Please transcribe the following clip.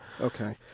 Okay